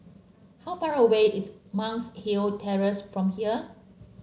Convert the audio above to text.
how far away is Monk's Hill Terrace from here